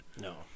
No